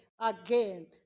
again